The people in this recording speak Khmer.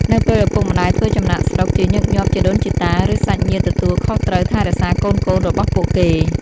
នៅពេលឪពុកម្តាយធ្វើចំណាកស្រុក ជាញឹកញាប់ជីដូនជីតា ឬសាច់ញាតិទទួលខុសត្រូវថែរក្សាកូនៗរបស់ពួកគេ។